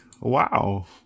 Wow